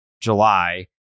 July